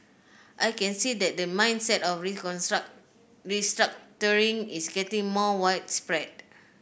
I can see that the mindset of reconstruct restructuring is getting more widespread